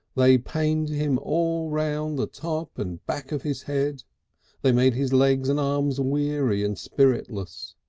they pained him all round the top and back of his head they made his legs and arms and weary and spiritless.